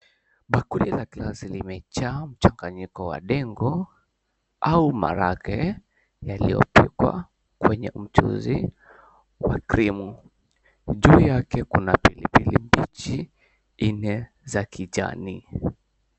Bakuli la glasi limejaa dengo au maharagwe yaliopikwa kwenye mchuuzi wa krimu juu yake kuna pilipili mbichi nne za kijani.